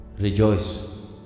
Rejoice